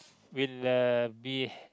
will uh be